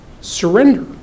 surrender